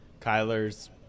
Kyler's